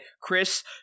Chris